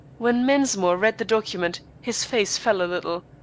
when mensmore read the document his face fell a little.